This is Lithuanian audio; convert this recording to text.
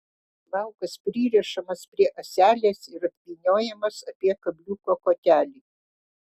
plaukas pririšamas prie ąselės ir apvyniojamas apie kabliuko kotelį